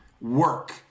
work